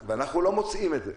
ואנחנו לא מוצאים את זה.